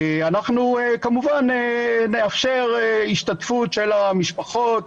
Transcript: אז כמובן שנאפשר השתתפות דיפרנציאלית של המשפחות,